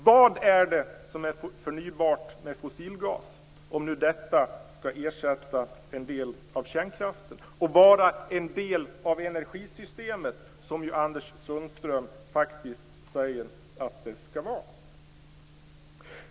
Vad är det som är förnybart med fossilgas, om nu detta skall ersätta en del av kärnkraften och vara en del av energisystemet, som ju Anders Sundström faktiskt säger att det skall vara?